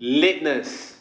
lateness